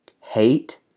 Hate